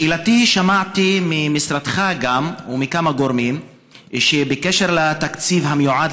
שאלתי: שמעתי ממשרדך ומכמה גורמים בקשר לתקציב המיועד